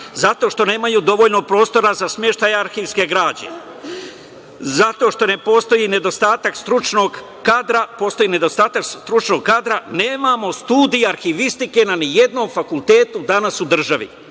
Zato što nemaju dovoljno prostora za smeštaj arhivske građe, zato što postoji nedostatak stručnog kadra, nemamo studije arhivistike ni jednom fakultetu danas u državi,